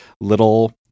little